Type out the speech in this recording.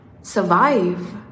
survive